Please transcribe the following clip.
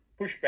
pushback